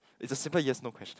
is a simple yes no question